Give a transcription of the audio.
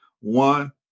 One